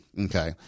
Okay